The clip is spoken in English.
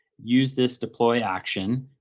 use this deploy action,